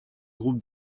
groupes